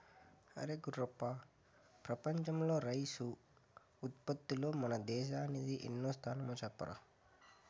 అరే గుర్రప్ప ప్రపంచంలో రైసు ఉత్పత్తిలో మన దేశానిది ఎన్నో స్థానమో చెప్పరా